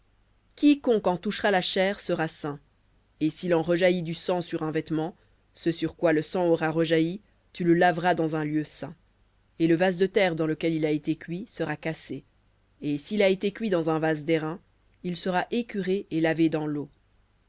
quiconque en touchera la chair sera saint et s'il en rejaillit du sang sur un vêtement ce sur quoi le sang aura rejailli tu le laveras dans un lieu saint et le vase de terre dans lequel il a été cuit sera cassé et s'il a été cuit dans un vase d'airain il sera écuré et lavé dans l'eau